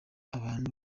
abantu